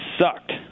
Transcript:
sucked